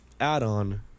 add-on